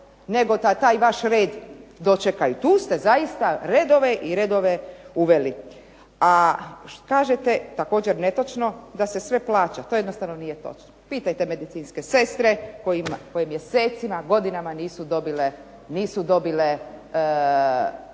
nego da taj vaš red dočekaju. Tu ste zaista redove i redove uveli. A kažete, također netočno, da se sve plaća. To jednostavno nije točno. Pitajte medicinske sestre koje mjesecima, godinama nisu dobile